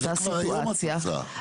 בבית רוב שעות היום או חלק גדול משעות היום,